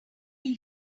base